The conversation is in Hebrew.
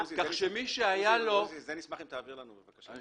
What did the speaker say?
אנחנו נשמח אם תעביר לנו את זה.